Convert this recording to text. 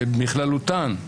בכללותן,